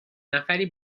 نفری